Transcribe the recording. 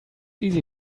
easy